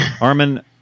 Armin